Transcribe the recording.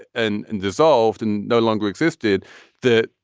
and and dissolved and no longer existed that,